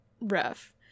rough